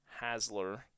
Hasler